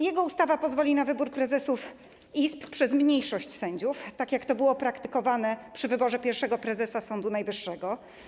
Jego ustawa pozwoli na wybór prezesów izb przez mniejszość sędziów, tak jak to było praktykowane przy wyborze pierwszego prezesa Sądu Najwyższego.